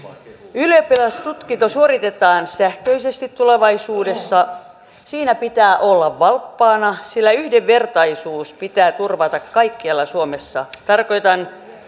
ylioppilastutkinto suoritetaan sähköisesti tulevaisuudessa siinä pitää olla valppaana sillä yhdenvertaisuus pitää turvata kaikkialla suomessa tarkoitan